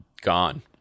Gone